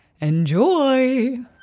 Enjoy